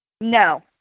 No